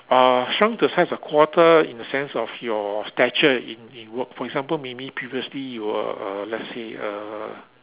uh shrunk to a size of quarter in a sense of your stature in in work for example maybe previously you were uh let's say uh